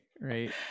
right